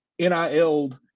nild